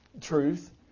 truth